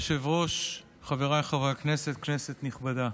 אדוני היושב-ראש, חבריי חברי הכנסת, כנסת נכבדה,